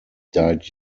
died